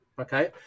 okay